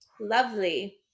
Lovely